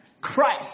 Christ